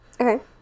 okay